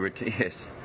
Yes